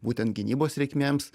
būtent gynybos reikmėms